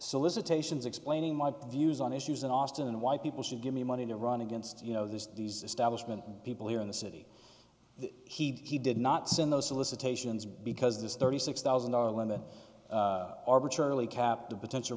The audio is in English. solicitations explaining my views on issues in austin and why people should give me money to run against you know this these establishment people here in the city he did not send those solicitations because this thirty six thousand dollar limit arbitrarily capped a potential